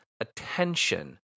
attention